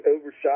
overshot